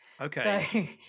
Okay